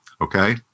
okay